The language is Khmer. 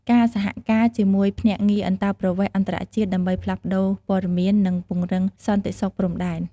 ការសហការជាមួយភ្នាក់ងារអន្តោប្រវេសន៍អន្តរជាតិដើម្បីផ្លាស់ប្តូរព័ត៌មាន និងពង្រឹងសន្តិសុខព្រំដែន។